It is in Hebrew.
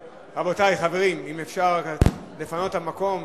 חברים, אם אפשר לפנות את המקום.